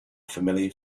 familiar